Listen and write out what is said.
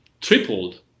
tripled